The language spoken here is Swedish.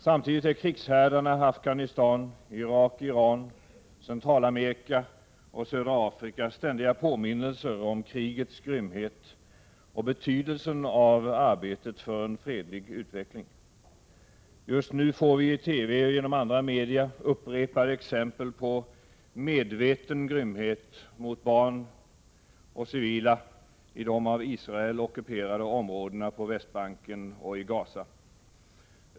Samtidigt är krigshärdarna Afghanistan, Irak och Iran, Centralamerika och södra Afrika ständiga påminnelser om krigets grymhet och betydelsen ay arbetet för en fredlig utveckling. Just nu får vi i TV och genom andra media upprepade exempel på medveten grymhet mot barn och civila i de av Israel ockuperade områdenå på Västbanken och i Gaza.